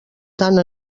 tant